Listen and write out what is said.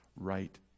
right